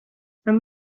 and